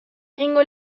egingo